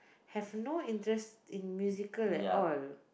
have no interest in musical at all